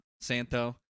santo